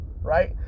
right